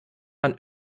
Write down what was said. man